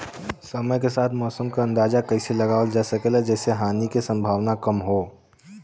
समय के साथ मौसम क अंदाजा कइसे लगावल जा सकेला जेसे हानि के सम्भावना कम हो?